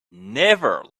never